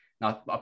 Now